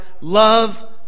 love